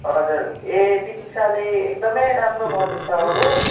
हजुर ए बितिसाले एकदमै राम्रो गर्दैछ हो